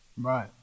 Right